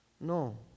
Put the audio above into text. No